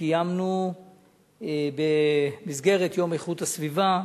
שקיימנו במסגרת יום איכות הסביבה,